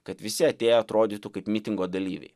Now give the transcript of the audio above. kad visi atėję atrodytų kaip mitingo dalyviai